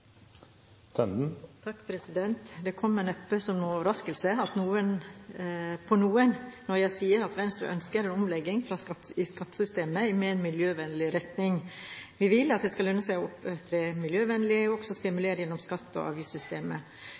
Det kommer neppe som en overraskelse på noen når jeg sier at Venstre ønsker en omlegging av skattesystemet i mer miljøvennlig retning. Vi vil at det skal lønne seg å opptre miljøvennlig, også stimulert gjennom skatte- og avgiftssystemet.